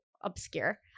obscure